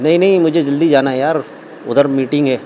نہیں نہیں مجھے جلدی جانا ہے یار ادھر میٹنگ ہے